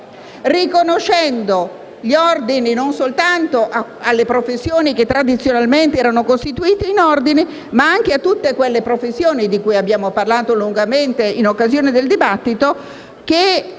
riconoscendo gli ordini non soltanto alle professioni che tradizionalmente erano costituite in ordini ma anche a tutte quelle professioni di cui abbiamo parlato lungamente in occasione del dibattito, alle